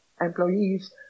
employees